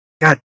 God